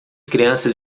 crianças